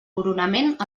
coronament